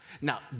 Now